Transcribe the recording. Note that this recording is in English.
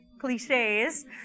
cliches